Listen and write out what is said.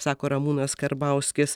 sako ramūnas karbauskis